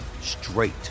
straight